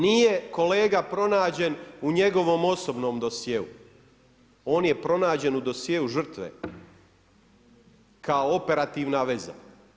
Nije kolega pronađen u njegovom osobnom dosjeu, on je pronađen u dosjeu žrtve kao operativna veza.